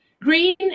green